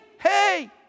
hey